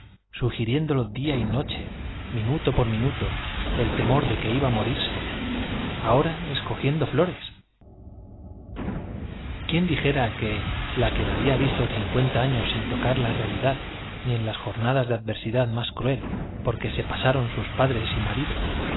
sugiriéndole día y noche miímto por minuto el temor de que iba á morirse ahora flores escogiendo quién dijera que la que había vivido cincuerita años sin tocar la realidad ni en las jornadas de adver sidad más cruel por que pasaron sus padres y marido